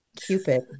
Cupid